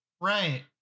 right